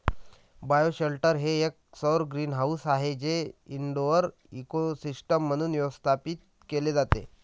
bioshelter हे एक सौर ग्रीनहाऊस आहे जे इनडोअर इकोसिस्टम म्हणून व्यवस्थापित केले जाते